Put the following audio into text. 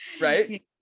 Right